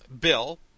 bill